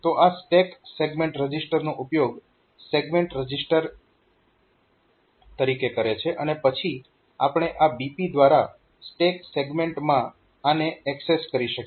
તો આ stack segment રજીસ્ટરનો ઉપયોગ સેગમેન્ટ રજીસ્ટર તરીકે કરે છે અને પછી આપણે આ BP દ્વારા સ્ટેક સેગમેન્ટમાં આને એક્સેસ કરી શકીએ